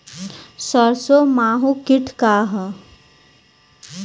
सरसो माहु किट का ह?